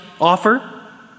offer